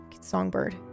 songbird